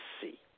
see